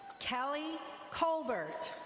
kelly colbert.